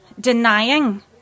denying